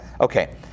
Okay